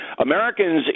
Americans